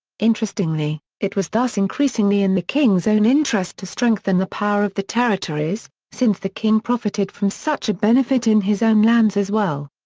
interestingly, it was thus increasingly in the king's own interest to strengthen the power of the territories, since the king profited from such a benefit in his own lands as well.